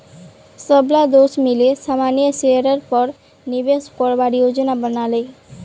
सबला दोस्त मिले सामान्य शेयरेर पर निवेश करवार योजना बना ले